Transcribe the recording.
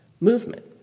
movement